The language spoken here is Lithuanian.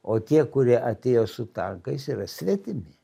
o tie kurie atėjo su tankais yra svetimi